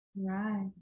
Right